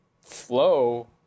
flow